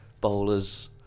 bowlers